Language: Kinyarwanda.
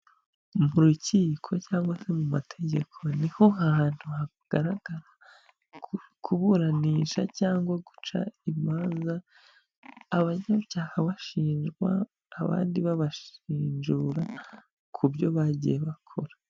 Mu rukiko cyangwa se mu mategeko ni ho hantu hagaragara kuburanisha cyangwa guca imanza, abanyabyaha bashinjwa, abandi babashinjura ku byo bagiye bakora.